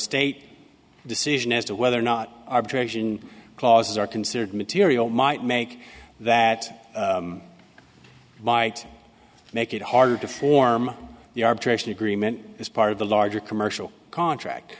state decision as to whether or not arbitration clauses are considered material might make that might make it harder to form the arbitration agreement as part of the larger commercial contract